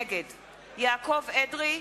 נגד יעקב אדרי,